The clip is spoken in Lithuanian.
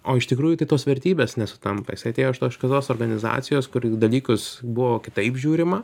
o iš tikrųjų tai tos vertybės nesutampa jisai atėjo iš kitos organizacijos kur į dalykus buvo kitaip žiūrima